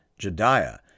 Jediah